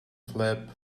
flap